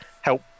help